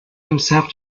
himself